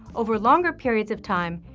over longer periods of time,